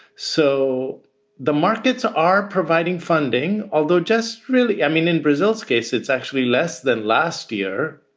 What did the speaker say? so the markets are providing funding, although just really i mean, in brazil's case, it's actually less than last year.